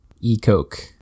E-Coke